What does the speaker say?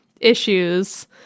issues